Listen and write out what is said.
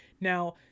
Now